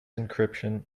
encryption